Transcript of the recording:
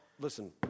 Listen